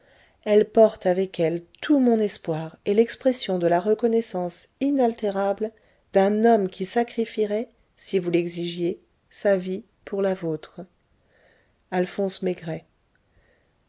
elle porte avec elle tout mon espoir et l'expression de la reconnaissance inaltérable d'un homme qui sacrifierait si vous l'exigiez sa vie pour la vôtre alphonse maigret